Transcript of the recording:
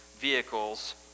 vehicles